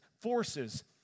forces